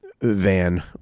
van